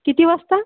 किती वाजता